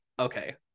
okay